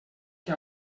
que